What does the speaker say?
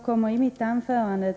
Herr talman!